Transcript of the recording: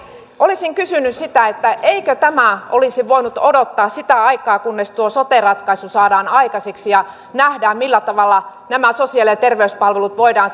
olisin kysynyt sitä eikö tämä olisi voinut odottaa sitä aikaa kunnes tuo sote ratkaisu saadaan aikaiseksi ja nähdään millä tavalla nämä sosiaali ja ja terveyspalvelut voidaan